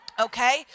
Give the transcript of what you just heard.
Okay